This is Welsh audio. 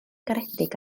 garedig